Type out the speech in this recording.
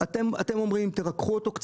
אתם אומרים שצריך לרכך,